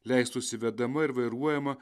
leistųsi vedama ir vairuojama